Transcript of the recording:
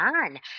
on